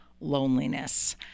loneliness